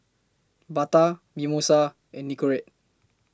Bata Mimosa and Nicorette